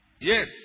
Yes